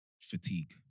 Fatigue